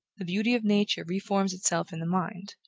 the beauty of nature reforms itself in the mind,